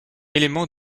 élément